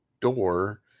door